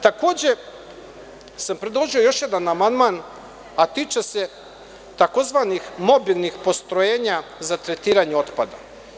Takođe, sam predložio još jedan amandman, a tiče se takozvanih mobilnih postrojenja za tretiranje otpada.